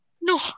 No